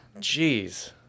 Jeez